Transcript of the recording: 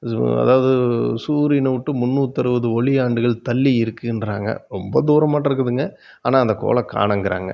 அதாவது சூரியனை விட்டு முந்நூற்றறுவது ஒளி ஆண்டுகள் தள்ளி இருக்குதுன்றாங்க ரொம்ப தூரமாற்றோருக்குதுங்க ஆனால் அந்த கோளை காணுங்கிறாங்க